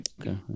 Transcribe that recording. okay